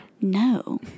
No